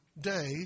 day